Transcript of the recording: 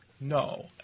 No